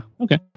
okay